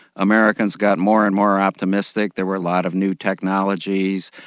americans got more and more optimistic. there were a lot of new technologies,